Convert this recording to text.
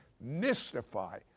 mystify